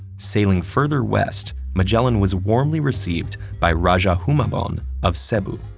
sailing further west, magellan was warmly received by rajah humabon of cebu.